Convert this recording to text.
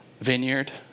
vineyard